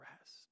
rest